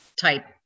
type